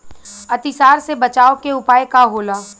अतिसार से बचाव के उपाय का होला?